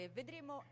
vedremo